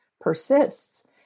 persists